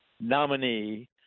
nominee